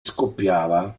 scoppiava